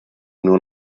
nur